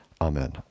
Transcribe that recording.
Amen